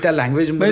language